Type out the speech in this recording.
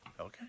Okay